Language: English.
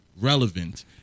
relevant